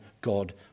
God